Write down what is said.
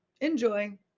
enjoy